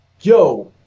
Yo